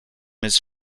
his